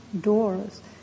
doors